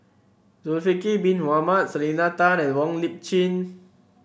Zulkifli Bin Mohamed Selena Tan and Wong Lip Chin